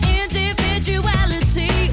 individuality